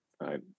right